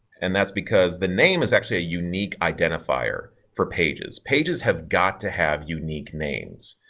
and that's because the name is actually a unique identifier for pages. pages have got to have unique names.